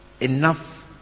Enough